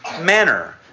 manner